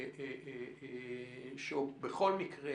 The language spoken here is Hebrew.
בכל מקרה,